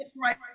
right